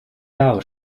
jahre